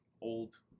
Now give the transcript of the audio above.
old